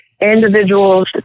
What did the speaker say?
Individuals